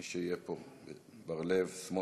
מי שיהיה פה, בר-לב, סמוטריץ,